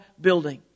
building